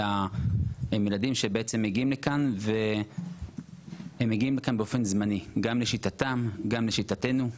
הם ילדים שמגיעים לכאן באופן זמני גם לשיטתם וגם לשיטתנו.